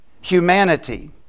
humanity